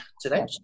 today